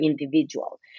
individual